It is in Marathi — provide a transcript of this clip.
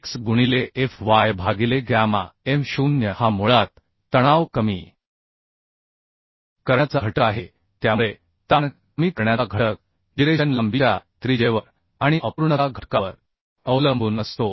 5 किंवा गुणिले एफ वाय भागिले गॅमा M 0 हा मुळात तणाव कमी करण्याचा घटक आहे त्यामुळे ताण कमी करण्याचा घटक जिरेशन लांबीच्या त्रिज्येवर आणि अपूर्णता घटकावर अवलंबून असतो